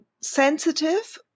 sensitive